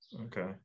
okay